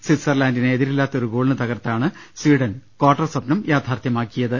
സ്വിറ്റ്സർലാന്റിനെ എതിരില്ലാത്ത ഒരുഗോളിന് തകർത്താ ണ് സ്വീഡൻ കാർട്ടർ സ്പ്നം യാഥാർത്ഥൃമാക്കിയത്